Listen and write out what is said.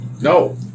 No